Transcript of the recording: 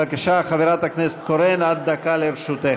בבקשה, חברת הכנסת קורן, עד דקה לרשותך.